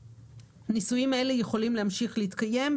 הניסויים האלה יכולים להמשיך להתקיים,